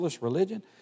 religion